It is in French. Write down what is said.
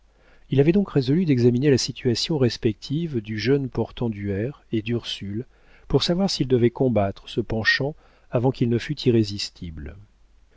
il avait donc résolu d'examiner la situation respective du jeune portenduère et d'ursule pour savoir s'il devait combattre ce penchant avant qu'il fût irrésistible